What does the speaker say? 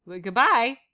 goodbye